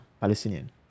Palestinian